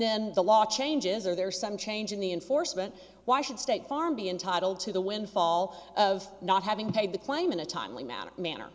then the law changes are there some change in the enforcement why should state farm be entitled to the windfall of not having paid the claim in a timely manner manner